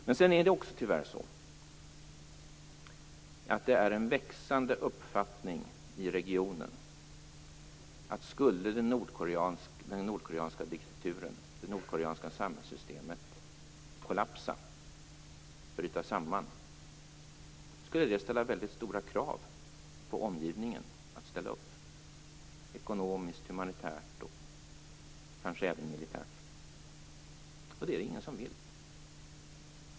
Men tyvärr finns det också i regionen en växande uppfattning om att det vid ett sammanbrott av den koreanska diktaturen och samhällssystemet skulle ställas mycket stora krav på omgivningen att ställa upp - ekonomiskt, humanitärt och kanske även militärt, och det är det ingen som vill.